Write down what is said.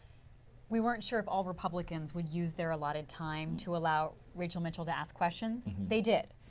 we weren't sure if all republicans would use their allotted time to allow rachel mitchell to ask questions. they did.